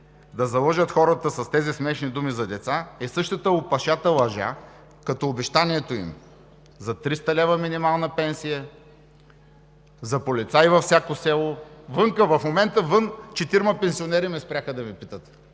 да залъжат хората с тези смешни думи за деца е същата опашата лъжа, като обещанието им за 300 лв. минимална пенсия, за полицай във всяко село. В момента навън четирима пенсионери ме спряха да ме питат: